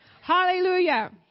Hallelujah